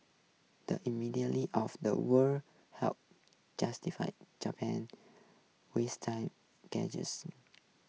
the immediately of the word helped justify Japan waste time